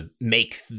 make